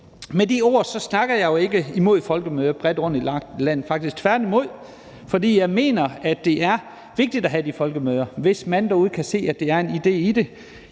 Med de ord taler jeg jo ikke imod folkemøder bredt fordelt rundt i landet, faktisk tværtimod, for jeg mener, at det er vigtigt at have de folkemøder, hvis man derude kan se, at der er en idé i det.